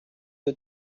you